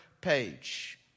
page